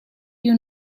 you